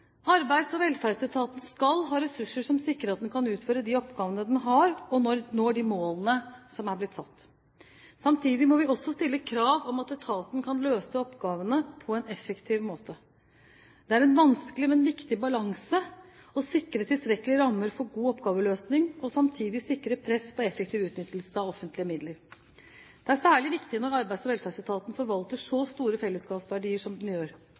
Arbeids- og velferdsetaten skal ha ressurser som sikrer at den kan utføre de oppgavene den har, og når de målene som er blitt satt. Samtidig må vi også stille krav om at etaten kan løse oppgavene på en effektiv måte. Det er en vanskelig, men viktig balansegang å sikre tilstrekkelige rammer for god oppgaveløsning og samtidig sikre press på effektiv utnyttelse av offentlige midler. Det er særlig viktig når Arbeids- og velferdsetaten forvalter så store fellesskapsverdier som den gjør.